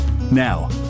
Now